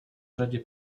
řadě